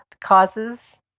causes